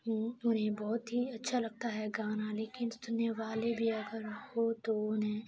ہوں انہیں بہت ہی اچھا لگتا ہے گانا لیکن سننے والے بھی اگر ہو تو انہیں